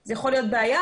זה יכול להיות בעיה,